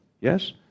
Yes